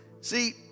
See